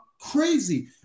crazy